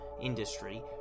Industry